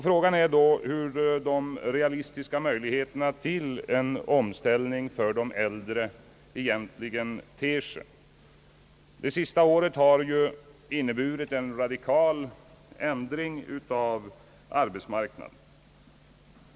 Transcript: Frågan är då hur de realistiska möjligheterna till en omställning för de äldre egentligen ter sig. Det senaste året har inneburit en radikal ändring av arbetsmarknaden.